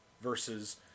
versus